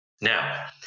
Now